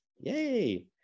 Yay